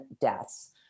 deaths